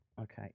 Okay